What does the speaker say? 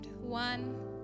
one